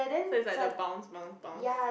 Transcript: so it's like the bounce bounce bounce